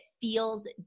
feels